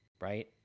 right